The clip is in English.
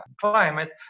climate